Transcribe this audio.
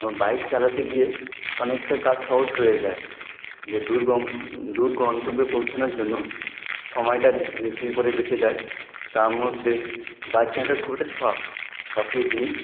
এবং বাইক চালাতে গিয়ে অনেকটা কাজ সহজ হয়ে যায় যে দুর্গম দূর গন্তব্যে পৌঁছনোর জন্য সময়টা যে যেরকম করে বেঁচে যায় তার মধ্যে বাইক চালানোটা খুব একটা শখ জিনিস